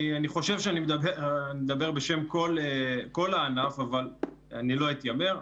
אני חושב שאני מדבר בשם כל הענף אבל אני לא אתיימר,